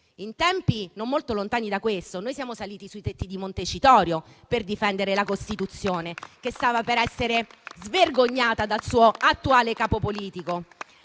in tempi non molto lontani da questo, siamo saliti sui tetti di Montecitorio per difendere la Costituzione, che stava per essere svergognata dal suo attuale capo politico.